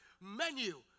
menu